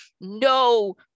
no